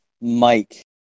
Mike